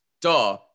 duh